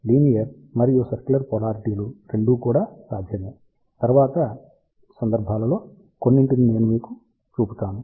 linear మరియు circular పొలారిటీలు రెండూ కూడా సాధ్యమే తరువాత సందర్భాలలో కొన్నింటిని నేను మీకు చూపుతాము